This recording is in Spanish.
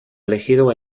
elegido